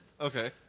Okay